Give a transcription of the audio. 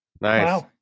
Nice